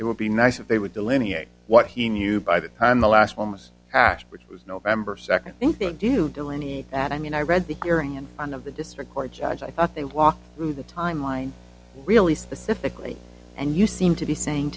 it would be nice if they would delineate what he knew by the time the last one was hatched which was november second i think they do delineate that i mean i read the gearing in on of the district court judge i thought they walked through the timeline really specifically and you seem to be saying